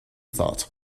thought